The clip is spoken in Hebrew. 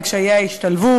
על קשיי ההשתלבות,